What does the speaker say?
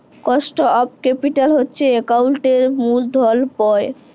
cost of capital হছে একাউল্টিংয়ের মূলধল ব্যায়